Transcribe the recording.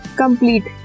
complete